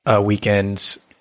weekends